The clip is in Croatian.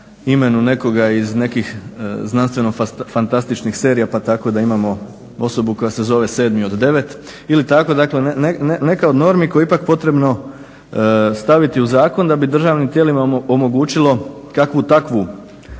imenu nekoga iz nekih znanstvenofantastičnih serija pa tako da imamo osobu koja se zove sedmi od devet ili tako dakle neka od normi koju je ipak potrebno staviti u zakon da bi državnim tijelima omogućilo kakvu takvu